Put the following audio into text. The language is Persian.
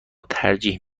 ترجیح